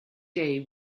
day